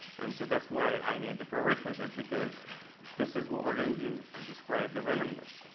and so that's why i need the pre-requisite, because this is what we're going to use to describe the randomness.